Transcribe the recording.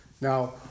Now